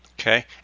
Okay